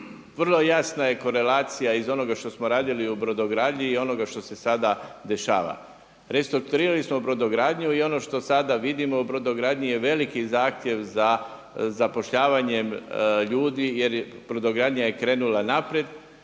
Vrlo jasna je korelacija iz onoga što smo radili u brodogradnji i onoga što se sada dešava. Restrukturirali smo brodogradnji i ono što sada vidimo u brodogradnji je veliki zahtjev za zapošljavanjem ljudi jer brodogradnja je krenula naprijed